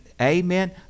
Amen